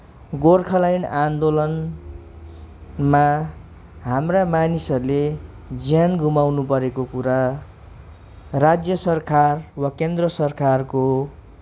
गोर्खाल्यान्ड आन्दोलनमा हाम्रा मानिसहरूले ज्यान गुमाउनु परेको कुरा राज्य सरकार वा केन्द्र सरकारको